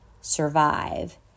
survive